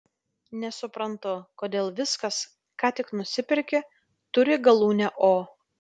nesuprantu kodėl viskas ką tik nusiperki turi galūnę o